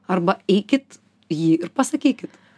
arba eikit jį ir pasakykit